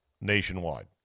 nationwide